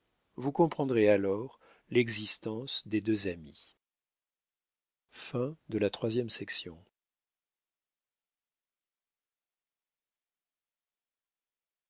vous comprendrez alors l'existence des deux amis